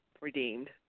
redeemed